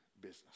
business